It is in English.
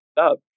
up